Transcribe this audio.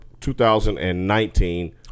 2019